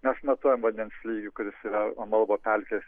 mes matuojam vandens lygį kuris yra amalvo pelkės